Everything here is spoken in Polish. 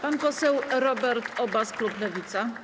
Pan poseł Robert Obaz, Klub Lewica.